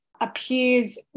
appears